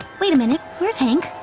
wait a minute. where's hank?